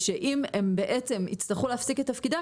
אם הם יצטרכו להפסיק את תפקידם,